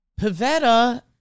Pavetta